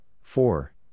four